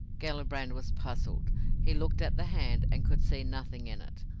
gellibrand was puzzled he looked at the hand and could see nothing in it.